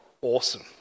awesome